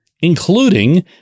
including